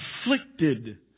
afflicted